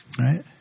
Right